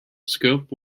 scope